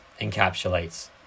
encapsulates